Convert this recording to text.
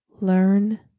learn